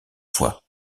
fois